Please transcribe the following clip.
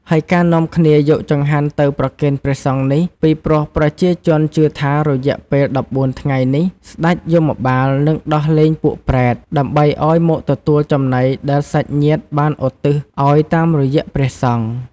ហើយការនាំគ្នាយកចង្ហាន់ទៅប្រគេនព្រះសង្ឃនេះ ពីព្រោះប្រជាជនជឿថារយៈពេល១៤ថ្ងៃនេះសេ្ដចយមបាលនិងដោះលែងពួកប្រេត ដើម្បីឲ្យមកទទួលចំណីដែលសាច់ញាតិបានឧទ្ទិសឲ្យតាមរយៈព្រះសង្ឃ។